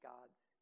God's